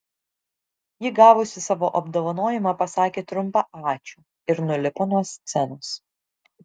ji gavusi savo apdovanojimą pasakė trumpą ačiū ir nulipo nuo scenos